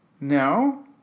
No